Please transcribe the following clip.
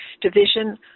Division